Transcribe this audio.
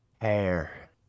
hair